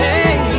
Hey